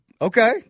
okay